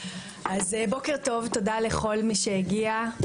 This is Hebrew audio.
בוקר טוב, תודה לכל מי שהגיע.